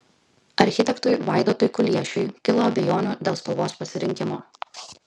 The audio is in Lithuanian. architektui vaidotui kuliešiui kilo abejonių dėl spalvos pasirinkimo